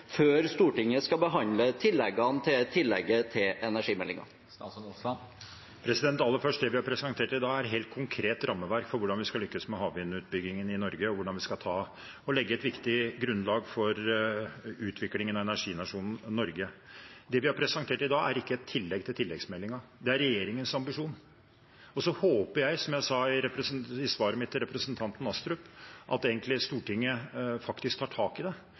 før Stortinget skal behandle tilleggene til tillegget til energimeldingen. Aller først: Det vi har presentert i dag, er helt konkret et rammeverk for hvordan vi skal lykkes med havvindutbyggingen i Norge, og hvordan vi skal legge et viktig grunnlag for utviklingen av energinasjonen Norge. Det vi har presentert i dag, er ikke et tillegg til tilleggsmeldingen, det er regjeringens ambisjon. Så håper jeg, som jeg sa i svaret mitt til representanten Astrup, at Stortinget faktisk tar tak i det,